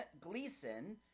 Gleason